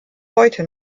heute